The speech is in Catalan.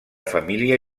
família